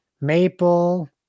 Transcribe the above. maple